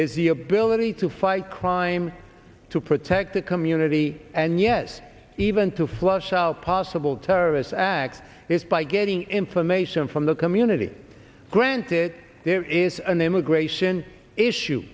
is the ability to fight crime to protect the community and yes even to flush out possible terrorist act is by getting information from the community granted there is an immigration issue